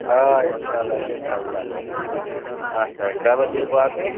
آ اِنشاء اللہ اِنشاء اللہ آچھا چلو بیٚیہِ باقٕے